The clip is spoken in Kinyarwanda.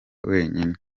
wenyine